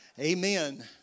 Amen